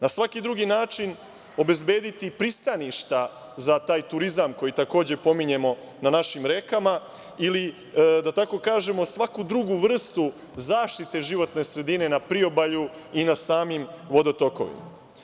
Na svaki drugi način obezbediti pristaništa za taj turizam koji takođe pominjemo na našim rekama ili da tako kažemo, svaku drugu vrstu zaštite životne sredine na priobalju i na samim vodotokovima.